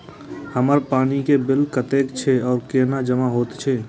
हमर पानी के बिल कतेक छे और केना जमा होते?